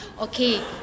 okay